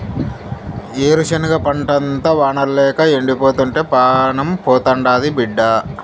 ఏరుశనగ పంటంతా వానల్లేక ఎండిపోతుంటే పానం పోతాండాది బిడ్డా